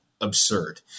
absurd